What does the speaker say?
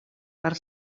per